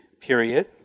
period